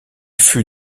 fut